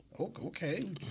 Okay